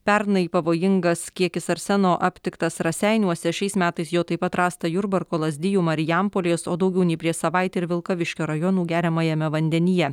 pernai pavojingas kiekis arseno aptiktas raseiniuose šiais metais jo taip pat rasta jurbarko lazdijų marijampolės o daugiau nei prieš savaitę ir vilkaviškio rajonų geriamajame vandenyje